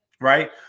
Right